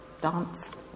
dance